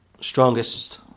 strongest